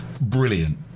brilliant